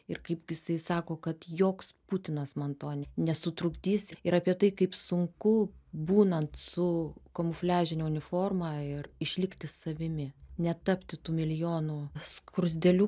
ir kaipgi jisai sako kad joks putinas man to nesutrukdys ir apie tai kaip sunku būnant su kamufliažine uniforma ir išlikti savimi netapti tų milijonų skruzdėliukų